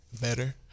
better